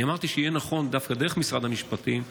אני אמרתי שיהיה נכון דווקא דרך משרד המשפטים,